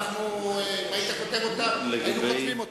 אם כך היית כותב אותה, היינו כותבים אותה.